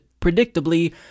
predictably